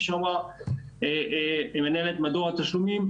כפי שאמרה מנהלת מדור התשלומים.